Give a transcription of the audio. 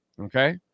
Okay